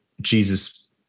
Jesus